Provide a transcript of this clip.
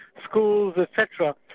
schools etc.